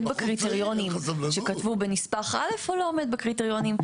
בקריטריונים שכתבו בנספח א' או לא עומד בקריטריונים.